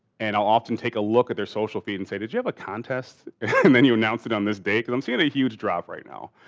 and i'll often take a look at their social feed and say did you have a contest and then you announced it on this date? because i'm seeing a huge drop right now.